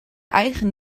eigen